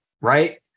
right